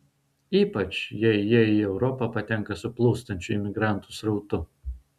ypač jei jie į europą patenka su plūstančiu imigrantų srautu